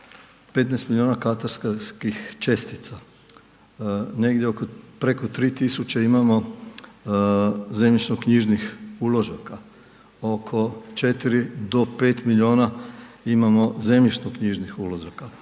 15 miliona katastarskih čestica, negdje oko preko 3.000 imamo zemljišnoknjižnih uložaka, oko 4 do 5 miliona imamo zemljišnoknjižnih uložaka,